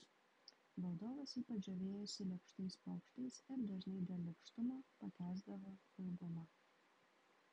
valdovas ypač žavėjosi lėkštais pokštais ir dažnai dėl lėkštumo pakęsdavo ilgumą